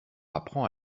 apprend